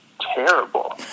terrible